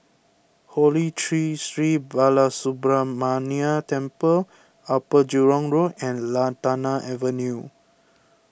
Holy Tree Sri Balasubramaniar Temple Upper Jurong Road and Lantana Avenue